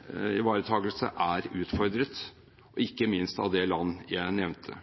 interesseivaretakelse er utfordret, ikke minst av det land jeg nevnte.